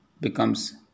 becomes